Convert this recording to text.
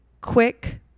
quick